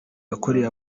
yakorewe